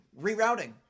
rerouting